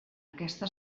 aquesta